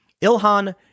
Ilhan